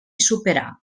superar